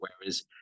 Whereas